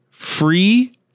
Free